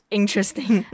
interesting